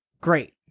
Great